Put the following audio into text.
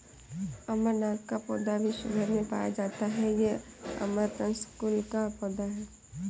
अमरनाथ का पौधा विश्व् भर में पाया जाता है ये अमरंथस कुल का पौधा है